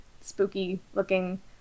spooky-looking